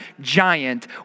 giant